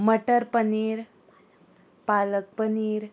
मटर paneer palak paneer